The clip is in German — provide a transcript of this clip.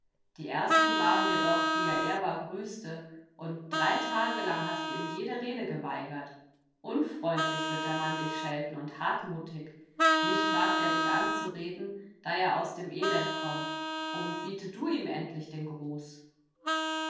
die ersten waren wir doch die er ehrbar grüßte und drei tage lang hast du ihm jede rede geweigert unfreundlich wird der mann dich schelten und hartmutig nicht wagt er dich anzureden da er aus dem elend kommt darum biete du ihm endlich den gruß